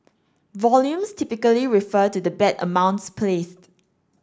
volumes typically refer to the bet amounts placed